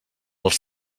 els